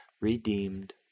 redeemed